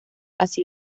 así